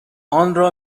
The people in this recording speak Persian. آنرا